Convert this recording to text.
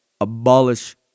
abolish